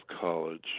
college